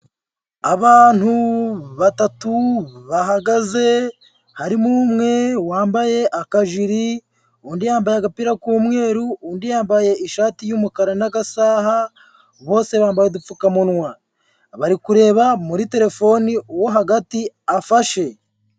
Abantu batatu bahagaze, harimo umwe wambaye akajiri, undi yambaye agapira k'umweru, undi yambaye ishati y'umukara n'agasaha, bose bambaye udupfukamunwa. Bari kureba muri telefoni uwo hagati afashe.